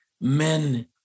men